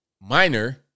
minor